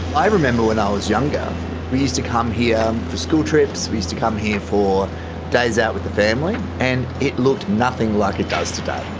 i remember when i was younger and we used to come here for school trips, we used to come here for days out with the family and it looked nothing like it does today.